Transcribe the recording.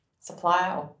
Supplier